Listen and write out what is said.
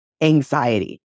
anxiety